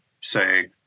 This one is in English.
say